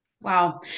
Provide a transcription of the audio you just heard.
Wow